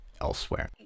elsewhere